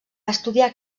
estudiar